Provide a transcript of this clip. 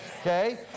Okay